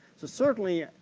so certainly,